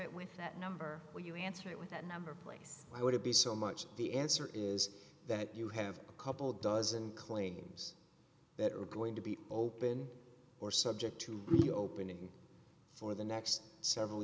it with that number will you answer it with that number place i want to be so much the answer is that you have a couple dozen claims that are going to be open or subject to reopening for the next several